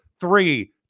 three